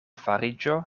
fariĝo